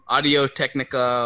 Audio-Technica